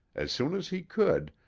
as soon as he could,